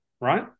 right